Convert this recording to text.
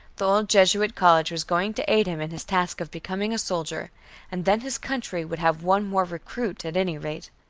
the old jesuit college was going to aid him in his task of becoming a soldier and then his country would have one more recruit at any rate!